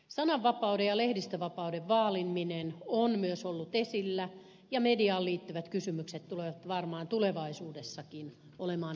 sananvapauden ja lehdistönvapauden vaaliminen on myös ollut esillä ja mediaan liittyvät kysymykset tulevat varmaan tulevaisuudessakin olemaan vahvasti esillä